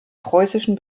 preußischen